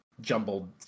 jumbled